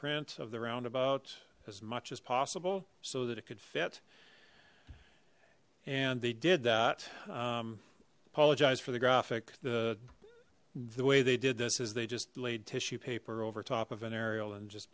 print of the roundabout as much as possible so that it could fit and they did that um apologize for the graphic the the way they did this is they just laid tissue paper over top of an ariel and just